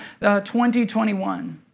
2021